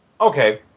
Okay